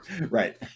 Right